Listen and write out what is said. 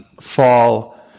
fall